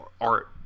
art